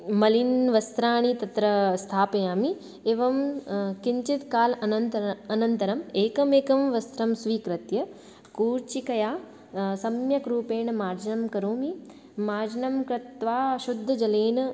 मलिनवस्त्राणि तत्र स्थापयामि एवं किञ्चित् कालानन्तरम् अनन्तरम् एकम् एकम् वस्त्रं स्वीकृत्य कूर्चिकया सम्यक् रूपेण मार्जनं करोमि मार्जनं कृत्वा शुद्धजलेन